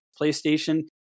PlayStation